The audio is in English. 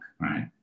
Right